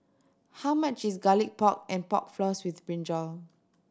how much is Garlic Pork and Pork Floss with brinjal